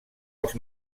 els